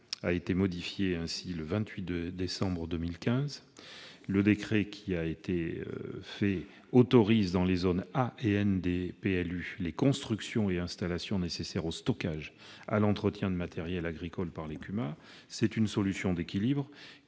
28 décembre 2015, qui autorise, dans les zones A et N des PLU, les constructions et installations nécessaires au stockage et à l'entretien de matériels agricoles par les CUMA. Cette solution d'équilibre